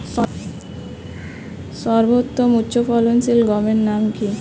সর্বতম উচ্চ ফলনশীল গমের নাম কি?